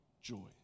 joy